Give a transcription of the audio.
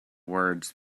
words